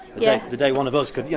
yeah the day one of us could, yeah